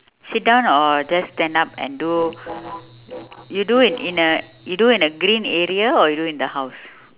sit down or just stand up and do you do in in a you do in a green area or you do in the house